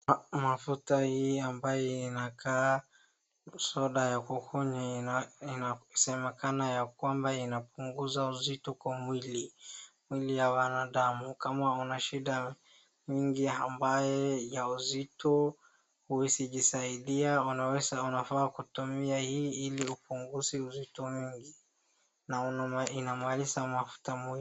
Mafuta hii ambayo inakaa soda ya kukunywa inasemekana ya kwamba inapunguza uzito kwa mwili, mwili ya wanadamu, kama una shida nyingi ambaye ya uzito huwezi jisaidia unafaa kutumia hii ili upunguze uzito mingi na inamaliza mafuta mwili.